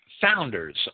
founders